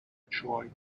troy